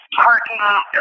parking